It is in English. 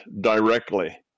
directly